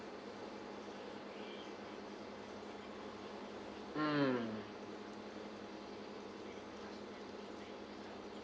mm